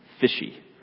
fishy